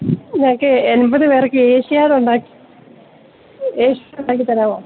ഞങ്ങള്ക്ക് എൺപതു പേർക്ക് ഏഷ്യാഡ് ഉണ്ടാക്കി ഏഷ്യാഡുണ്ടാക്കിത്തരാമോ